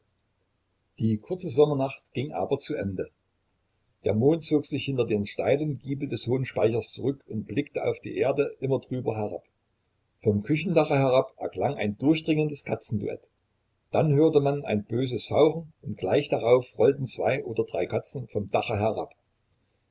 die kurze sommernacht ging aber zu ende der mond zog sich hinter den steilen giebel des hohen speichers zurück und blickte auf die erde immer trüber herab vom küchendache herab erklang ein durchdringendes katzenduett dann hörte man ein böses fauchen und gleich darauf rollten zwei oder drei katzen vom dache herab